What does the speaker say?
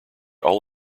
all